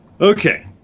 Okay